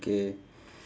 K